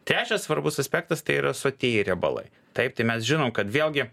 trečias svarbus aspektas tai yra sotieji riebalai taip tai mes žinom kad vėlgi